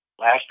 last